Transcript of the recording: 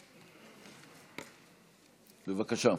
בבקשה.